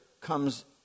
comes